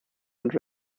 and